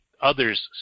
others